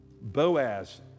Boaz